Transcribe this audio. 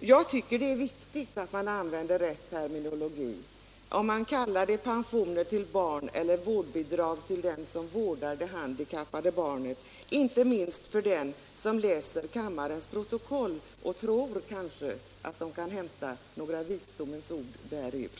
Jag tycker att det är viktigt att man använder rätt terminologi - om man kallar det pensioner till barn eller vårdnadsbidrag till den som vårdar det handikappade barnet — inte minst med hänsyn till dem som läser kammarens protokoll och kanske tror att de kan hämta några visdomsord därur.